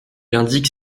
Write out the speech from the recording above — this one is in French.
indique